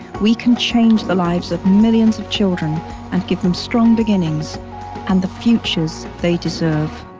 we can change the lives of millions of children and give them strong beginnings and the futures they deserve.